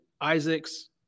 Isaac's